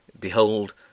behold